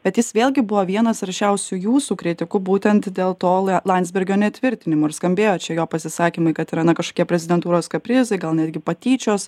bet jis vėlgi buvo vienas aršiausių jūsų kritikų būtent dėl to landsbergio netvirtinimo ir skambėjo čia jo pasisakymai kad yra na kažkokie prezidentūros kaprizai gal netgi patyčios